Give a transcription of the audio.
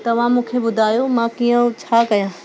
तव्हां मुखे ॿुधायो मां कीअं छा कयां